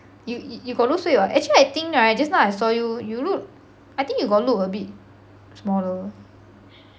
you you got lose weight [what] actually I think right just now I saw you you look I think you got look a bit smaller